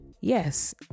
Yes